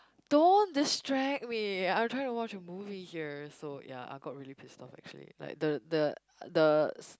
don't distract me I'm trying to watch a movie here so ya I got really pissed off actually like the the the